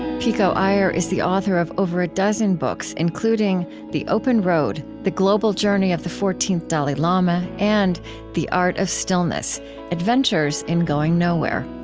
pico iyer is the author of over a dozen books including the open road the global journey of the fourteenth dalai lama, and the art of stillness adventures in going nowhere.